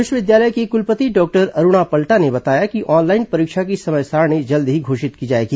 विश्वविद्यालय की कुलपति डॉक्टर अरूणा पल्टा ने बताया कि ऑनलाइन परीक्षा की समय सारिणी जल्द ही घोषित की जाएगी